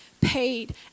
paid